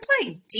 playing